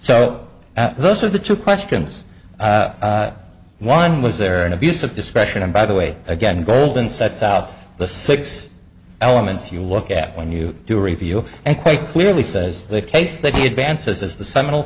so those are the two questions one was there an abuse of discretion and by the way again goldman sets out the six elements you look at when you do a review and quite clearly says the case that he advances is the seminal